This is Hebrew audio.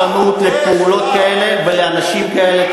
צריך לגלות אפס סובלנות לפעולות כאלה ולאנשים כאלה,